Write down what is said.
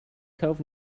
cove